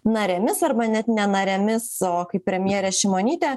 narėmis arba net ne narėmis o kaip premjerė šimonytė